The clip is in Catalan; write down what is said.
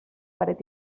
paret